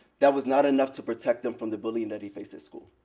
that was not enough to protect him from the bullying that he faced at school.